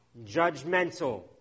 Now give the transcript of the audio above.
judgmental